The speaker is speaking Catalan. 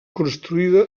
construïda